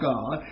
God